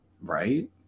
Right